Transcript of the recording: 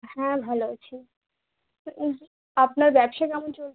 হ্যাঁ ভালো আছি আপনার ব্যবসা কেমন চলছে